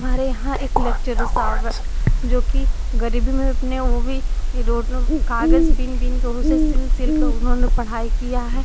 हमारे यहाँ एक लेक्चरर साहब है जो कि गरीबी में अपने वो भी रोडों कागज़ बिन बिन के उसे सिल सिल कर उन्होंने पढ़ाई किया है